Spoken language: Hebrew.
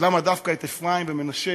אז למה דווקא את אפרים ומנשה